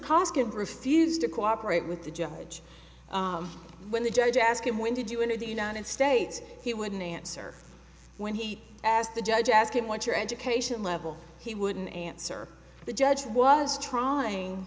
costin refused to cooperate with the judge when the judge asked him when did you enter the united states he wouldn't answer when he asked the judge ask him what your education level he wouldn't answer the judge was trying